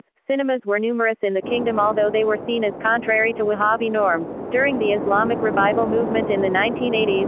ah cinemas were numerous in the kingdom although they were seen as contrary to wahhabi norms. during the islamic revival movement in the nineteen eighty s,